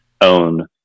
own